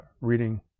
reading